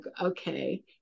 Okay